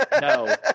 No